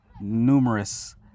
numerous